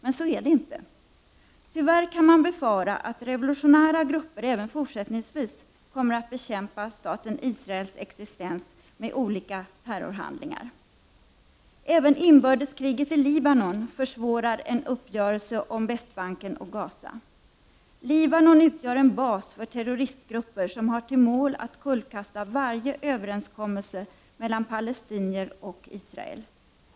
Men så är det inte. Tyvärr kan man befara att revolutionära grupper även fortsättningsvis kommer att bekämpa staten Israels existens med olika terrorhandlingar. Även inbördeskriget i Libanon försvårar en uppgörelse om Västbanken och Gaza. Libanon utgör en bas för terroristgrupper som har till mål att kullkasta varje överenskommelse mellan palestinier och Israel.